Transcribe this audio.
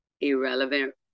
irrelevant